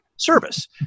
service